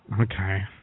okay